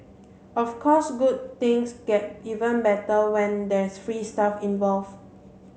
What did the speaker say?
of course good things get even better when there's free stuff involved